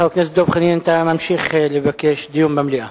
חבר הכנסת דב חנין, אתה ממשיך לבקש דיון במליאה.